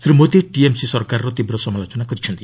Shri Modi TMC ସରକାରର ତୀବ୍ର ସମାଲୋଚନା କରିଛନ୍ତି